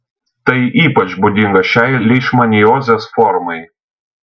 tai ypač būdinga šiai leišmaniozės formai